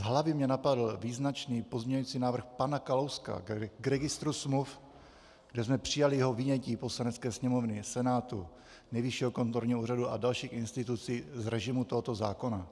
Z hlavy mě napadl význačný pozměňovací návrh pana Kalouska k registru smluv, kde jsme přijali jeho vynětí Poslanecké sněmovny, Senátu, Nejvyššího kontrolního úřadu a dalších institucí z režimu tohoto zákona.